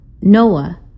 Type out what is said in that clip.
Noah